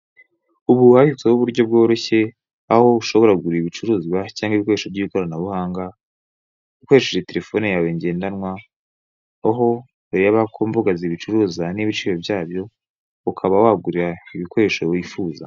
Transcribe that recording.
Ubu hashyizweho uburyo bworoshye, aho ushobora kugura ibicuruzwa cyangwa ibikoresho by'ikoranabuhanga, ukoresheje telefone yawe ngendanwa, aho ureba ku mbuga zibicuruza n'ibiciro byabyo, ukaba wagura ibikoresho wifuza.